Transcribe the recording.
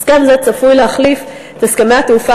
הסכם זה צפוי להחליף את הסכמי התעופה